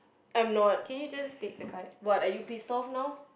I'm not what are you pissed off now